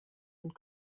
and